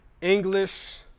English